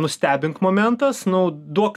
nustebink momentas naudok